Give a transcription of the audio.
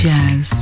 Jazz